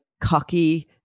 cocky